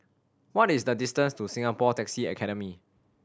what is the distance to Singapore Taxi Academy